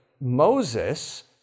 Moses